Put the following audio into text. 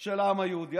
של העם היהודי,